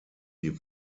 die